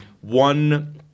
One